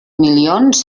milions